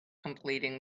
completing